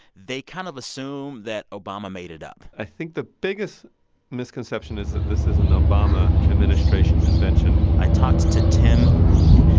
they kind of assume that obama made it up i think the biggest misconception is that this is an obama administration invention i talked to tim wu.